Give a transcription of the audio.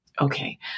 okay